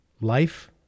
Life